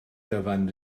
dyfan